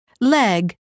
Leg